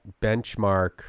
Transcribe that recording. benchmark